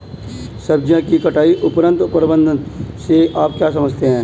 सब्जियों की कटाई उपरांत प्रबंधन से आप क्या समझते हैं?